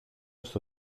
στο